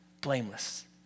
blameless